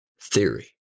theory